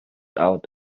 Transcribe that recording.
out